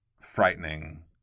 frightening